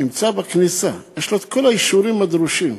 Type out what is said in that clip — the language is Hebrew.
נמצא בכניסה, יש לו כל האישורים הדרושים,